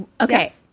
okay